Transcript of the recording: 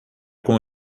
com